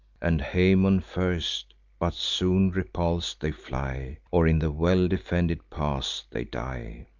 and haemon first but soon repuls'd they fly, or in the well-defended pass they die.